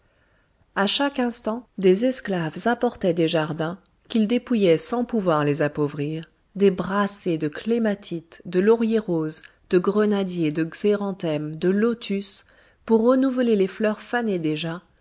à chaque instant des esclaves apportaient des jardins qu'ils dépouillaient sans pouvoir les appauvrir des brassées de clématites de lauriers-roses de grenadiers de xéranthèmes de lotus pour renouveler les fleurs fanées déjà